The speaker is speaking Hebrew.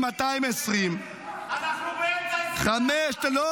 5,220. אנחנו באמצע 2024. תפסיק לשקר.